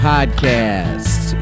Podcast